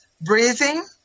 breathing